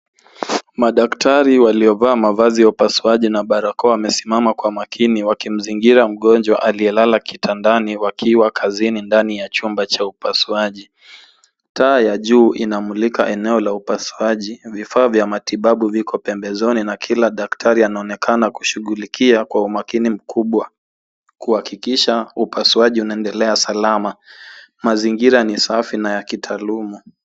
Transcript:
Madaktari waliovaa mavazi ta upasuaji na barakoa wamesimama kwa makini wakimzingira mgonjwa aliyelala kitandani wakiwa kazini ndani ya chumba cha upasuaji. Taa ya juu inamulika eneo la upasuaji, vifaa vya matibabu viko pembezoni na kila daktari anaonekana kushughulikia kwa umaakini mkubwa kuhakikisha upasuaji unaendelea salama. Mazingira ni safi na ya kitaluma.